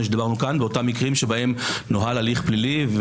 שדיברנו עליה כאן באותם מקרים שבהם נוהל הליך פלילי,